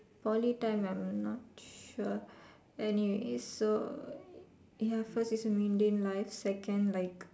Poly time I'm not sure anyways so ya first is a mundane life second like